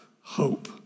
hope